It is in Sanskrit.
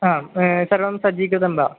आं सर्वं सज्जीकृतं वा